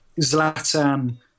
Zlatan